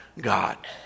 God